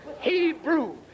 Hebrew